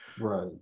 Right